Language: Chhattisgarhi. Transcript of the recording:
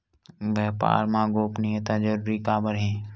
व्यापार मा गोपनीयता जरूरी काबर हे?